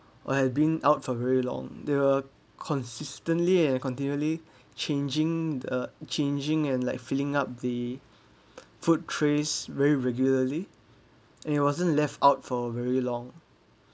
or have been out for very long they were consistently and continually changing the changing and like filling up the food trays very regularly and it wasn't left out for very long